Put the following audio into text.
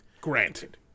granted